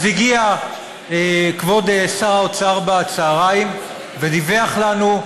ואז הגיע כבוד שר האוצר בצוהריים ודיווח לנו,